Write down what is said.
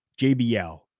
JBL